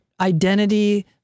identity